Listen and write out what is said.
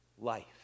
Life